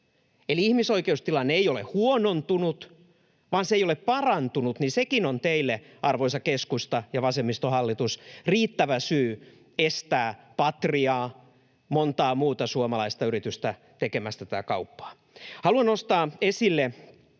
Eli ihmisoikeustilanne ei ole huonontunut, vaan se ei ole parantunut. Sekin on teille, arvoisa keskusta ja vasemmistohallitus, riittävä syy estää Patriaa, montaa muuta suomalaista yritystä tekemästä tätä kauppaa. Haluan nostaa esille